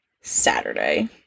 Saturday